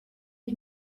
ich